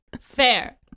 Fair